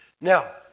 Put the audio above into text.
Now